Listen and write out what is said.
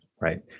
Right